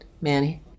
Manny